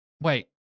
Wait